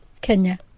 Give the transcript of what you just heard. Kenya